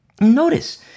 notice